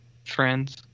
friends